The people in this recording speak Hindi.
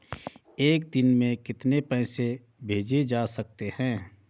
एक दिन में कितने पैसे भेजे जा सकते हैं?